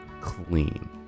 clean